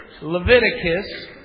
Leviticus